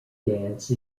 dance